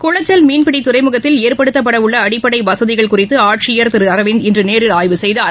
குள்ச்சல் மீன்பிடிதுறைமுகத்தில் ஏற்படுத்தப்படவுள்ளஅடிப்படைவசதிகள் குறித்துஆட்சியர் திருஅரவிந்த் இன்றுநேரில் ஆய்வு செய்தார்